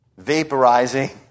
vaporizing